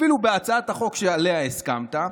אפילו בהצעת החוק שעליה הסכמת,